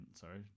Sorry